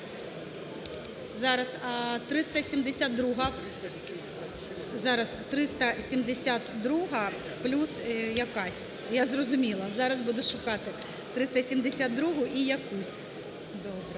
Зараз. 372-а плюс якась, я зрозуміла, зараз буду шукати 372-у і якусь, добре.